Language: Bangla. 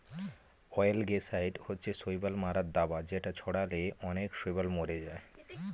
অয়েলগেসাইড হচ্ছে শৈবাল মারার দাবা যেটা ছড়ালে অনেক শৈবাল মরে যায়